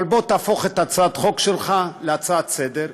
אבל בוא תהפוך את הצעת החוק שלך להצעה לסדר-היום,